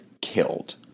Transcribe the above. killed